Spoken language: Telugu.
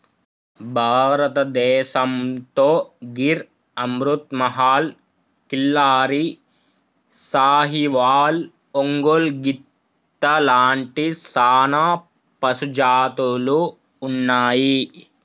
భారతదేసంతో గిర్ అమృత్ మహల్, కిల్లారి, సాహివాల్, ఒంగోలు గిత్త లాంటి సానా పశుజాతులు ఉన్నాయి